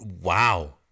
Wow